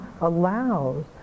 allows